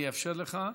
אני אאפשר לך.